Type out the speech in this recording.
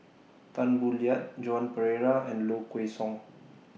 Tan Boo Liat Joan Pereira and Low Kway Song